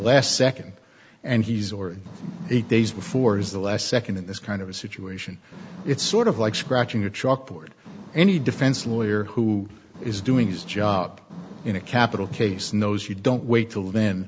last second and he's already eight days before is the last second in this kind of a situation it's sort of like scratching a chalkboard any defense lawyer who is doing his job in a capital case knows you don't wait till then